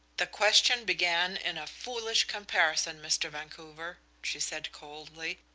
the question began in a foolish comparison, mr. vancouver, she said coldly.